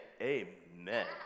amen